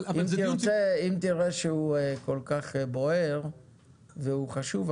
אבל זה --- אם תראה שהוא כל כך בוער והוא חשוב,